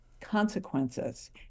consequences